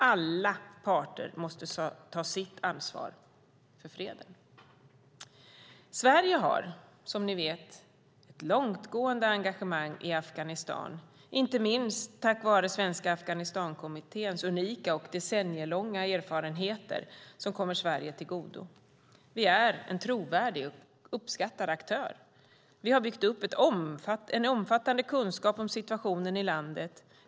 Alla parter måste ta sitt ansvar för freden. Sverige har, som ni vet, ett långtgående engagemang i Afghanistan, inte minst tack vare Svenska Afghanistankommitténs unika och decennielånga erfarenheter som kommer Sverige till godo. Vi är en trovärdig och uppskattad aktör. Vi har byggt upp en omfattande kunskap om situationen i landet.